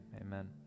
amen